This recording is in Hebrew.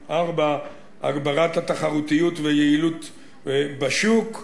4. הגברת התחרותיות והיעילות בשוק.